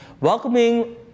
welcoming